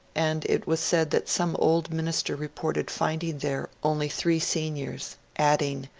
and it was said that some old minister reported finding there only three seniors, adding,